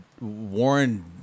warren